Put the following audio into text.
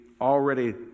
already